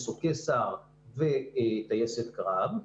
מטוסי סער וטייסת קרב,